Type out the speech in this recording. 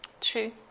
true